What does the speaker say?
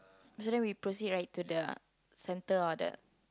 so then we proceed right to the centre or the